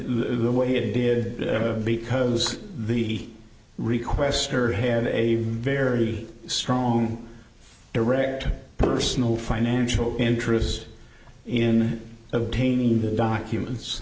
the way it did because the requestor have a very strong direct personal financial interest in obtaining the documents